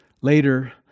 Later